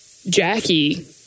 Jackie